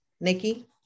Nikki